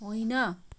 होइन